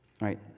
right